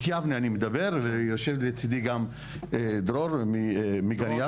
את יבנה אני מדבר, ויושב לצידי גם דרור מגן יבנה.